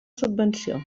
subvenció